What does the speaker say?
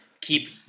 keep